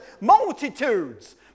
Multitudes